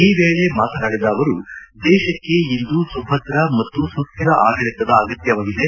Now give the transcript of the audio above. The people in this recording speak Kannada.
ಈ ವೇಳೆ ಮಾತನಾಡಿದ ಅವರು ದೇಶಕ್ಕೆ ಇಂದು ಸುಭದ್ರ ಮತ್ತು ಸುಶ್ರಿರ ಆಡಳಿತ ಅತ್ಯಗತ್ಯವಾಗಿದೆ